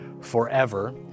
forever